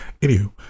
Anywho